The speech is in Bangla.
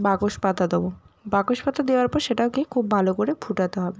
বাকস পাতা দেবো বাকস পাতা দেওয়ার পর সেটাকে খুব ভালো করে ফোটাতে হবে